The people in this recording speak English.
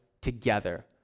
together